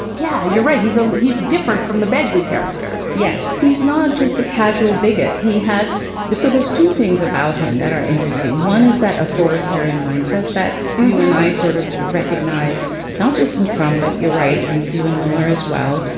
yeah you're right. he's a he's different from the begley character yeah he's not just a casual bigot. he has this so there's two things about him that are interesting. one is that authoritarian mindset that you and i sort of recognize not just in trumpet. you're right. and steven miller as well.